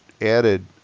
added